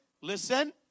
Listen